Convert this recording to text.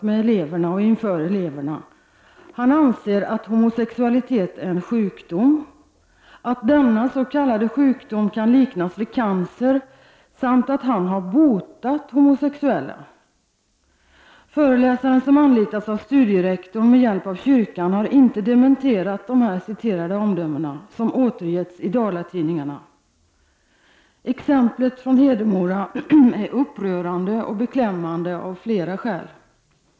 Den man som har talat inför eleverna anser att homosexualitet är en sjukdom, att denna s.k. sjukdom kan liknas vid cancer samt att han har ”botat” homosexuella. Föreläsaren, som anlitats av studierektorn med hjälp av kyrkan, har inte dementerat sina omdömen som återgetts i dalatidningarna. Exemplet från Hedemora är upprörande och beklämmande av flera skäl.